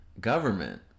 government